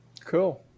Cool